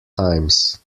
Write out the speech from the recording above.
times